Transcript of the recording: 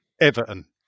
Everton